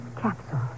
capsule